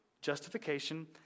justification